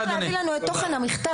היית צריך להביא לנו את תוכן המכתב?